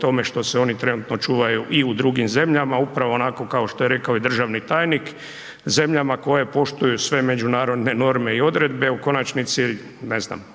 tome što se oni trenutno čuvaju i u drugim zemljama upravo onako kao što je rekao i državni tajnik, zemljama koje poštuju sve međunarodne norme i odredbe, u konačnici pitali